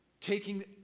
taking